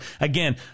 again